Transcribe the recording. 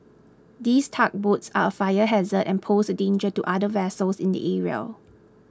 these tugboats are a fire hazard and pose a danger to other vessels in the area